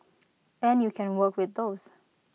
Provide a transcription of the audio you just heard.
and you can work with those